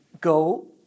go